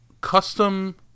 custom